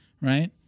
right